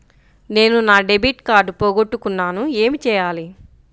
నేను నా debit card పోగొట్టుకున్నాను ఏమి చేయాలి?